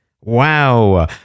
Wow